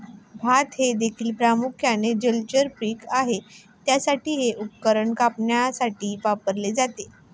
भात हे देखील प्रामुख्याने जलचर पीक आहे ज्यासाठी हे उपकरण कापण्यासाठी वापरले जाते